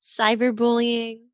cyberbullying